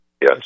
yes